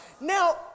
now